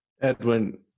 Edwin